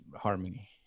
harmony